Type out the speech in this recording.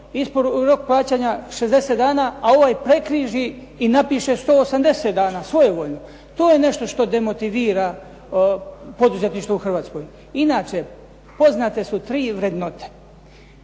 ugovori rok plaćanja 60 dana, a ovaj prekriži i napiše 180 dana svojevoljno? To je nešto što demotivira poduzetništvo u Hrvatskoj. Inače poznate su tri vrednote,